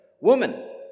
Woman